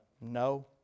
no